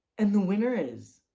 and the winner is.